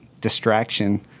distraction